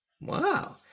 Wow